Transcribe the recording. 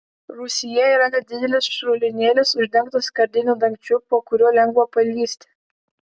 rūsyje yra nedidelis šulinėlis uždengtas skardiniu dangčiu po kuriuo lengva palįsti